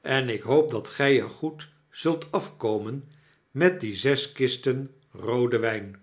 en ik hoop dat g er goed zult afkomen met die zes kisten rooden wijn